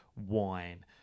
wine